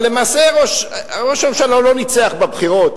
אבל למעשה ראש הממשלה לא ניצח בבחירות.